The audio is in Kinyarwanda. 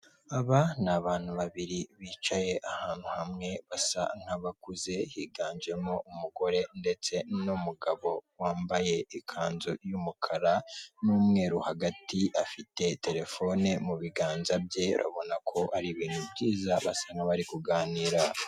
Aba ni abantu babiri bicaye ahantu hamwe basa nk'abakuze higanjemo umugore ndetse n'umugabo, wambaye ikanzu y'umukara n'umweru hagati, afite telefone mu biganza bye abona ko ari ibintu byiza basa nk'abari kuganira.